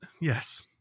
Yes